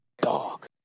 Dog